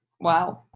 Wow